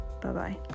Bye-bye